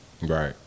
Right